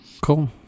cool